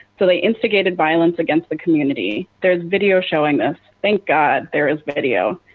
so the instigated violence against the community. there is video showing this, thank god there is video.